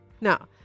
Now